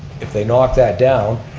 if they knock that down,